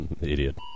Idiot